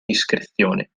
discrezione